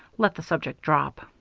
let the subject drop.